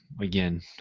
again